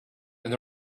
and